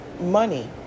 money